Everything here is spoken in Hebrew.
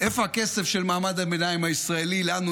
ראש האופוזיציה, לנמק את ההצעה מטעם סיעת יש עתיד.